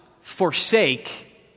forsake